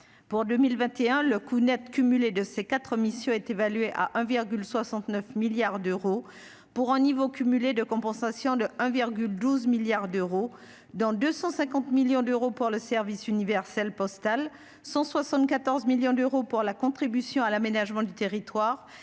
pour 2021, le coût Net cumulé de ces 4 missions est évaluée à 1,69 milliards d'euros pour un niveau cumulé de compensation de 1,12 milliards d'euros dans 250 millions d'euros pour le service universel postal 174 millions d'euros pour la contribution à l'aménagement du territoire,